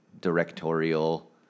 directorial